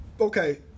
Okay